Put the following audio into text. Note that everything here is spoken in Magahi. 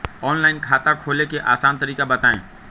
ऑनलाइन खाता खोले के आसान तरीका बताए?